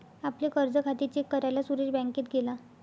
आपले कर्ज खाते चेक करायला सुरेश बँकेत गेला